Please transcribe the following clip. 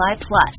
Plus